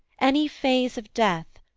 any phase of death,